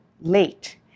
late